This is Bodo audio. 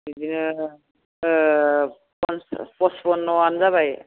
बिदिनो पन्सास पसपन्न'आनो जाबाया